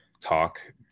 talk